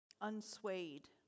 Unswayed